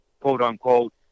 quote-unquote